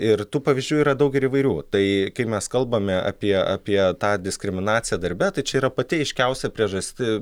ir tų pavyzdžių yra daug ir įvairių tai kai mes kalbame apie apie tą diskriminaciją darbe tai čia yra pati aiškiausia priežasti